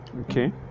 Okay